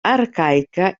arcaica